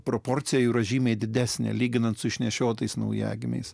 proporcija yra žymiai didesnė lyginant su išnešiotais naujagimiais